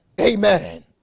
Amen